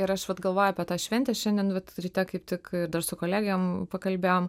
ir aš vat galvoju apie tą šventę šiandien ryte kaip tik ir dar su kolegėm pakalbėjom